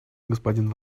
господин